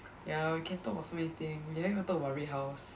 ya we can talk about so many thing we never even talk about red house